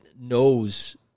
knows